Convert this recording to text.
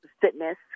fitness